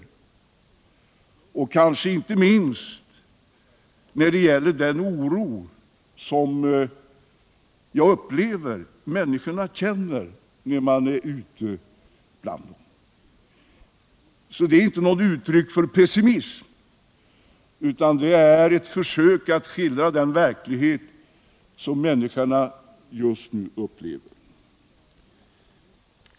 Det gäller kanske inte minst den oro som man märker att människorna känner, när man är ute bland dem. Vad jag säger är alltså inte något uttryck för pessimism, utan det är ett försök att skildra den verklighet som människorna just nu upplever.